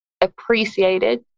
appreciated